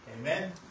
Amen